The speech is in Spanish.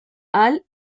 hall